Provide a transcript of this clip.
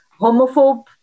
homophobe